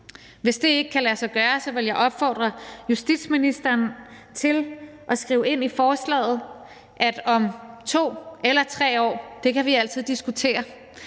Hvis det ikke kan lade sig gøre, vil jeg opfordre justitsministeren til at skrive ind i forslaget, at der om 2 eller 3 år – det kan vi altid diskutere